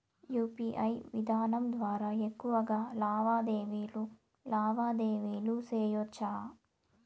UPI విధానం ద్వారా ఎక్కువగా లావాదేవీలు లావాదేవీలు సేయొచ్చా?